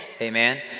amen